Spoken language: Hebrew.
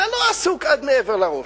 שאתה לא עסוק עד מעבר לראש.